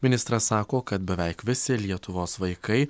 ministras sako kad beveik visi lietuvos vaikai